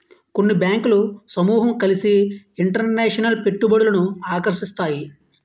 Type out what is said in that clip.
కొన్ని బ్యాంకులు సమూహం కలిసి ఇంటర్నేషనల్ పెట్టుబడులను ఆకర్షిస్తాయి